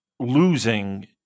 losing